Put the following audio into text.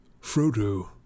Frodo